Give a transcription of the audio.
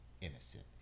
innocent